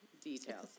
details